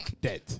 Dead